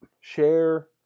share